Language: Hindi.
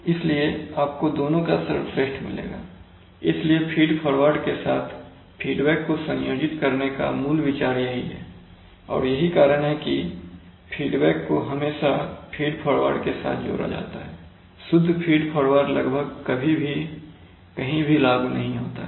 इसलिए आपको दोनों का सर्वश्रेष्ठ मिलेगा इसलिए फीड फॉरवर्ड के साथ फीडबैक को संयोजित करने का मूल विचार यही है और यही कारण है कि फीडबैक को हमेशा फीड फॉरवर्ड के साथ जोड़ा जाता है शुद्ध फीड फॉरवर्ड लगभग कभी भी कहीं भी लागू नहीं होता है